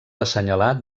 assenyalar